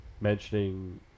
mentioning